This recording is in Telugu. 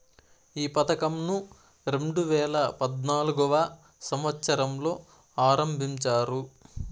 ఈ పథకంను రెండేవేల పద్నాలుగవ సంవచ్చరంలో ఆరంభించారు